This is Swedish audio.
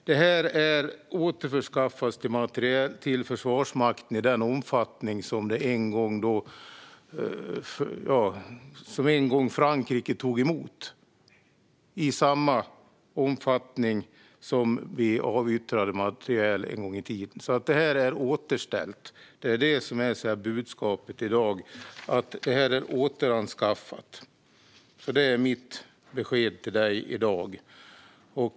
Det här återförskaffas till Försvarsmakten i samma omfattning som vi avyttrade materiel en gång i tiden och som Frankrike tog emot. Det är alltså återställt och återanskaffat, och det är mitt besked till Allan Widman i dag.